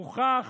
הוכח